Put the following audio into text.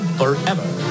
forever